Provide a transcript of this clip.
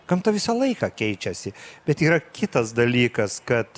gamta visą laiką keičiasi bet yra kitas dalykas kad